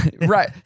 Right